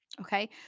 Okay